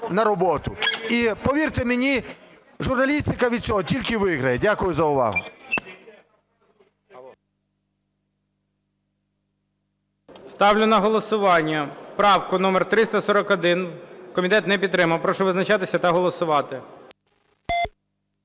на роботу. І повірте мені, журналістика від цього тільки виграє. Дякую за увагу.